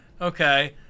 Okay